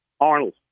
Arnold